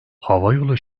havayolu